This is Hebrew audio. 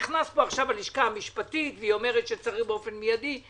נכנסה פה עכשיו הלשכה המשפטית והיא אומרת שצריך באופן מיידי.